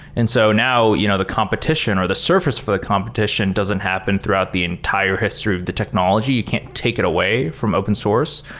and so now you know the competition or the surface for the competition doesn't happen throughout the entire history of the technology. you can't take it away from open source.